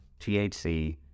THC